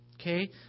Okay